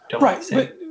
Right